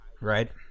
right